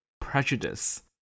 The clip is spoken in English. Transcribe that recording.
prejudice